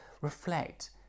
reflect